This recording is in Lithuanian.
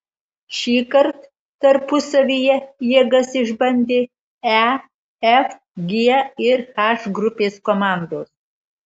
šįkart tarpusavyje jėgas išbandė e f g ir h grupės komandos